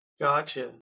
Gotcha